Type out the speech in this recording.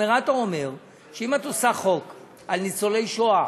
הנומרטור אומר שאם את עושה חוק על ניצולי שואה